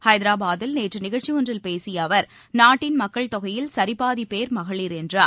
ஹைதராபாதில் நேற்று நிகழ்ச்சி ஒன்றில் பேசிய அவர் நாட்டின் மக்கள் தொகையில் சரிபாதி பேர் மகளிர் என்றார்